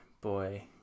boy